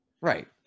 Right